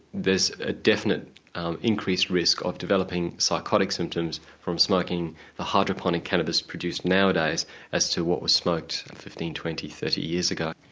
there's a definite increased risk of developing psychotic symptoms from smoking the hydroponic cannabis produced nowadays as to what was smoked and fifteen to thirty years ago.